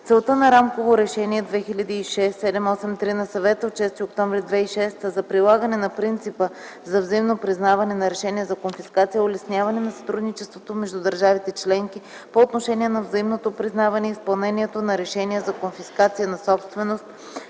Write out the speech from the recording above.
Целта на Рамково решение 2006/783/ПВР на Съвета от 6 октомври 2006 г. за прилагане на принципа за взаимно признаване на решения за конфискация е улесняване на сътрудничеството между държавите - членки по отношение на взаимното признаване и изпълнението на решения за конфискация на собственост,